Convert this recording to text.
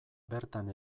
bertan